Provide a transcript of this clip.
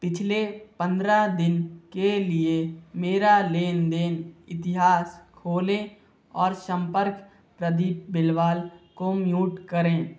पिछले पंद्रह दिन के लिए मेरा लेन देन इतिहास खोलें और संपर्क प्रदीप बिलवाल को म्यूट करें